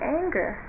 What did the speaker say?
anger